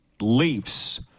Leafs